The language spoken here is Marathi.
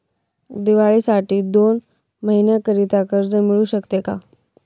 दिवाळीसाठी दोन महिन्याकरिता कर्ज मिळू शकते का?